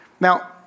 Now